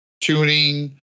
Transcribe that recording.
tuning